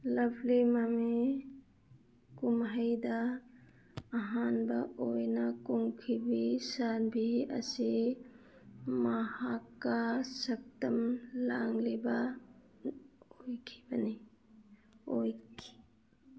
ꯂꯞꯂꯤ ꯃꯃꯤ ꯀꯨꯝꯍꯩꯗ ꯑꯍꯥꯟꯕ ꯑꯣꯏꯅ ꯀꯨꯝꯈꯤꯕꯤ ꯁꯥꯟꯕꯤ ꯑꯁꯤ ꯃꯍꯥꯛꯀ ꯁꯛꯇꯝ ꯂꯥꯡꯂꯤꯕ ꯑꯣꯏꯈꯤꯕꯅꯤ ꯑꯣꯏꯈꯤ